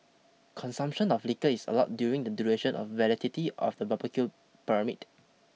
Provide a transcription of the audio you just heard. consumption of liquor is allowed during the duration of the validity of the barbecue permit